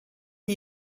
die